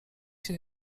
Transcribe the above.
się